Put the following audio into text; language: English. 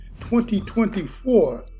2024